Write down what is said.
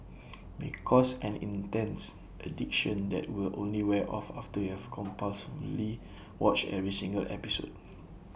may cause an intense addiction that will only wear off after you have compulsively watched every single episode